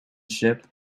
ship